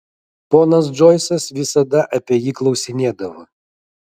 ponas džoisas visada apie jį klausinėdavo